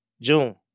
June